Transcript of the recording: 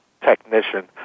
technician